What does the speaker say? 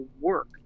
work